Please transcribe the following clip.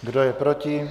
Kdo je proti?